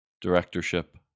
directorship